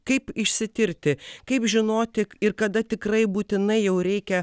kaip išsitirti kaip žinoti ir kada tikrai būtinai jau reikia